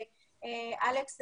אלכס,